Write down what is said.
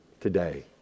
today